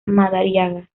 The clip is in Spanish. madariaga